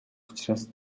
учраас